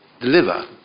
deliver